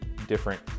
different